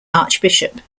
archbishop